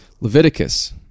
leviticus